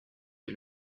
des